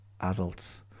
adults